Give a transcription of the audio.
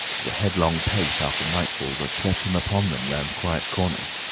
the headlong pace after nightfall that swept him upon them round quiet corners,